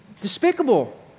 Despicable